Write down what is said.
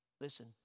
Listen